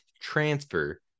transfer